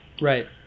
Right